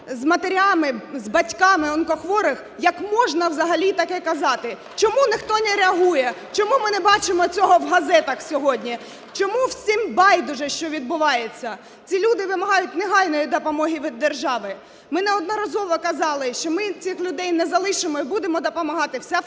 з матерями, з батьками онкохворих, як можна взагалі таке казати? Чому ніхто не реагує, чому ми не бачимо цього в газетах сьогодні, чому всім байдуже, що відбувається? Ці люди вимагають негайної допомоги від держави. Ми неодноразово казали, що ми цих людей не залишило і будемо допомагати. Вся фракція